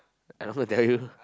I also tell you